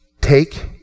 Take